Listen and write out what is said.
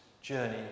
journey